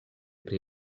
pri